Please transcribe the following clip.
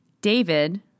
David